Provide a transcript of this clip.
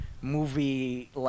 movie